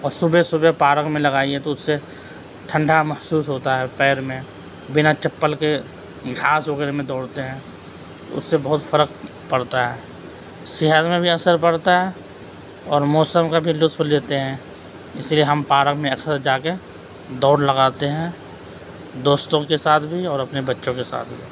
صبح صبح پارک میں لگائیے تو اس سے ٹھنڈا محسوس ہوتا ہے پیر میں بنا چپل کے گھاس وغیرہ میں دوڑتے ہیں اس سے بہت فرق پڑتا ہے صحت میں بھی اثر پڑتا ہے اور موسم کا بھی لطف لیتے ہیں اس لیے ہم پارک میں اکثر جا کے دوڑ لگاتے ہیں دوستوں کے ساتھ بھی اور اپنے بچوں کے ساتھ بھی